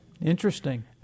Interesting